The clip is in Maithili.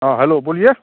हँ हेलो बोलिए